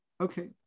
Okay